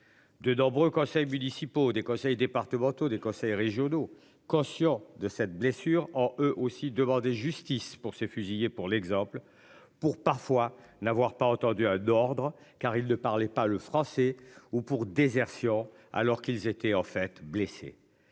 De nombreux conseils municipaux des conseils départementaux des conseils régionaux. Conscient de cette blessure en eux aussi demander justice pour ces fusillés pour l'exemple pour parfois n'avoir pas entendu hein, d'ordre car il ne parlait pas le français ou pour désertion alors qu'ils étaient en fait blessés.